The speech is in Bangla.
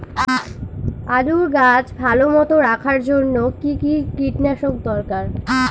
আলুর গাছ ভালো মতো রাখার জন্য কী কী কীটনাশক দরকার?